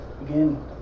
again